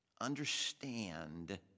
understand